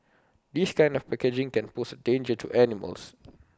this kind of packaging can pose danger to animals